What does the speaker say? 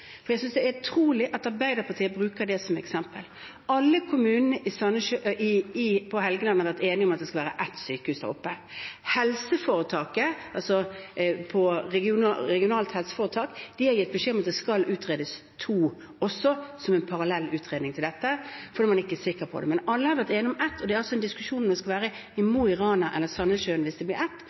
for jeg synes det er utrolig at Arbeiderpartiet bruker det som eksempel. Alle kommunene på Helgeland har vært enige om at det skal være ett sykehus der oppe. Helseforetaket – det regionale helseforetaket – har gitt beskjed om at det også skal utredes to, som en parallell utredning til dette, fordi man ikke er sikker på det. Men alle har vært enige om ett, og det er en diskusjon om det skal være i Mo i Rana eller Sandessjøen hvis det blir ett,